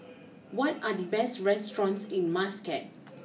what are the best restaurants in Muscat